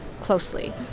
closely